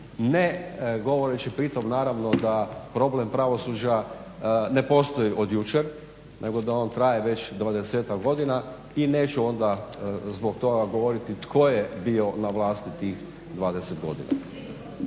ne govoreći pri tom naravno da problem pravosuđa ne postoji od jučer nego da on traje već dvadesetak godina i neću onda zbog toga govoriti tko je bio na vlasti tih 20 godina.